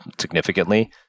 significantly